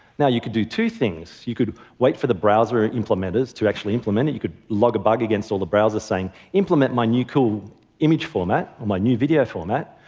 now, you could do two things, you could wait for the browser implementers to actually implement it, you could log a bug against all the browser saying implement my new cool image format or my new video format.